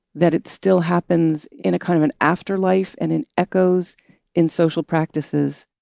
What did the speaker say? that it still happens in a kind of an afterlife and in echoes in social practices